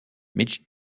mitch